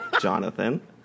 Jonathan